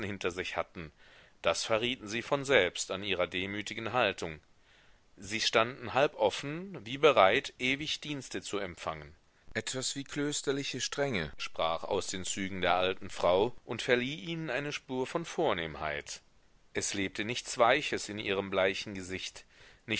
hinter sich hatten das verrieten sie von selbst an ihrer demütigen haltung sie standen halboffen wie bereit ewig dienste zu empfangen etwas wie klösterliche strenge sprach aus den zügen der alten frau und verlieh ihnen eine spur von vornehmheit es lebte nichts weiches in ihrem bleichen gesicht